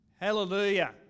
Hallelujah